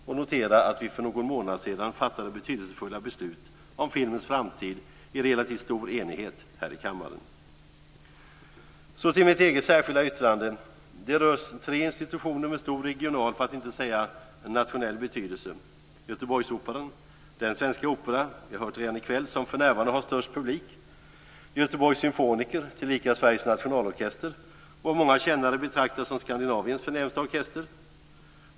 Jag noterar att vi för någon månad sedan fattade betydelsefulla beslut om filmens framtid i relativt stor enighet här i kammaren. Så till mitt eget särskilda yttrande. Det rör tre institutioner med stor regional, för att inte säga nationell, betydelse. Det gäller Göteborgsoperan, den svenska opera - det har vi redan hört i kväll - som för närvarande har störst publik. Det gäller Göteborgs symfoniker, tillika Sveriges nationalorkester, av många kännare betraktad som Skandinaviens förnämsta orkester.